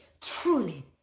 truly